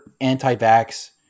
anti-vax